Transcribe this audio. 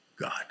God